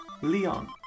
Leon